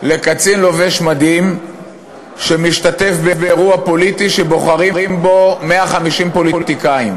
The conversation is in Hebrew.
קצין לובש מדים שמשתתף באירוע פוליטי שבוחרים בו 150 פוליטיקאים.